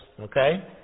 okay